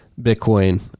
bitcoin